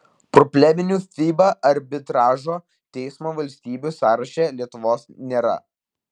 probleminių fiba arbitražo teismo valstybių sąraše lietuvos nėra